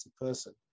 person